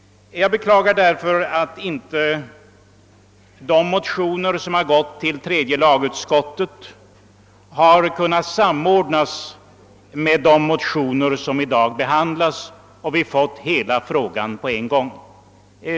Jag beklagar att de motioner som har gått till tredje lagutskottet inte har kunnat samordnas med dem som i dag behandlas, så att vi fått diskutera hela frågan på en gång.